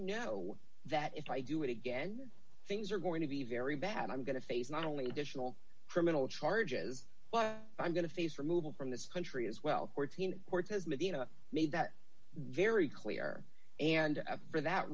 know that if i do it again things are going to be very bad i'm going to face not only additional criminal charges well i'm going to face removal from this country as well fourteen cortez medina made that very clear and for that